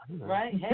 Right